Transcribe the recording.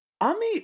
Ami